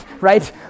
right